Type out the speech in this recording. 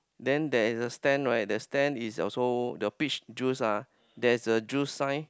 then there is a stand right the stand is also the beach juice ah there is a juice sign